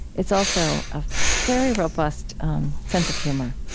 is also a very robust sense of humor.